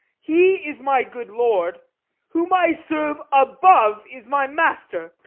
he is my good lord whom i serve above is my master.